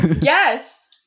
Yes